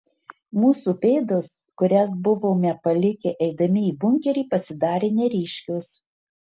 mūsų pėdos kurias buvome palikę eidami į bunkerį pasidarė neryškios